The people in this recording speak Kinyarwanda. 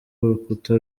urukuta